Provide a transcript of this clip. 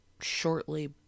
shortly